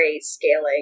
scaling